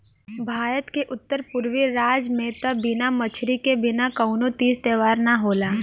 भारत के उत्तर पुरबी राज में त बिना मछरी के बिना कवनो तीज त्यौहार ना होला